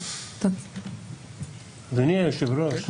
אדוני היושב-ראש,